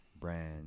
brand